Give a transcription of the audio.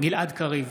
גלעד קריב,